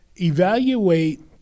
Evaluate